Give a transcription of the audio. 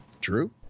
True